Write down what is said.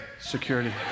Security